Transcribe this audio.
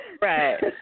Right